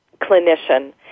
clinician